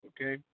Okay